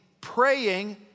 praying